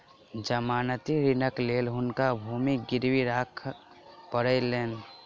जमानती ऋणक लेल हुनका भूमि गिरवी राख पड़लैन